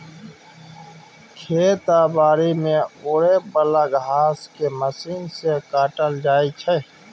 खेत आ बारी मे उगे बला घांस केँ मशीन सँ काटल जाइ छै